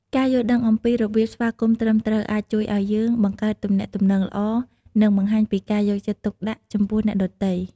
ការយល់ដឹងអំពីរបៀបស្វាគមន៍ត្រឹមត្រូវ អាចជួយឱ្យយើងបង្កើតទំនាក់ទំនងល្អ និងបង្ហាញពីការយកចិត្តទុកដាក់ចំពោះអ្នកដទៃ។